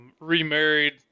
remarried